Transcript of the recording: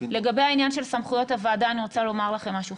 לגבי העניין של סמכויות הוועדה אני רוצה לומר לכם משהו,